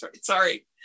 Sorry